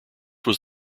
was